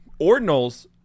ordinals